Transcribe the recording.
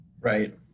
Right